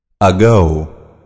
ago